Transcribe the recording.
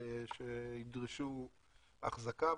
שידרשו אחזקה,